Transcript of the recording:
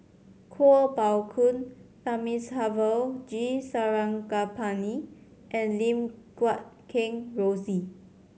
Kuo Pao Kun Thamizhavel G Sarangapani and Lim Guat Kheng Rosie